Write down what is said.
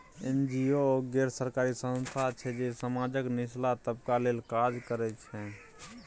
NGO गैर सरकारी संस्था छै जे समाजक निचला तबका लेल काज करय छै